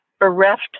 bereft